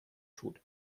tut